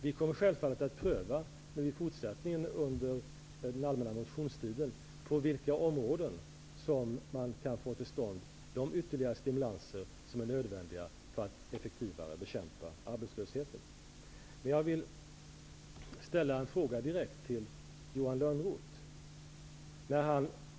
Vi kommer självfallet att under den allmänna motionstiden pröva hur vi i fortsättningen på olika områden kan få till stånd de ytterligare stimulanser som är nödvändiga för att effektivare bekämpa arbetslösheten. Jag vill ställa en fråga direkt till Johan Lönnroth.